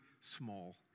small